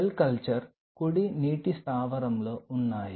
cell culture కుడి నీటి స్థావరంలో ఉన్నాయి